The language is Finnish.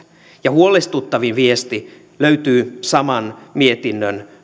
huolestuttavin viesti löytyy saman mietinnön